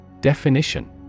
Definition